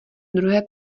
druhé